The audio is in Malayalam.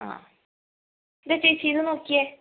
ആ ഇതാ ചേച്ചി ഇത് നോക്കിയേ